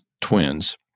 twins